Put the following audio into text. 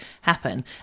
happen